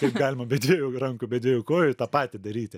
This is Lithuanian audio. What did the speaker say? kaip galima be dviejų rankų be dviejų tą patį daryti